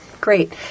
great